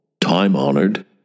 time-honored